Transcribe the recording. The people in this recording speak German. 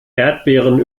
erdbeeren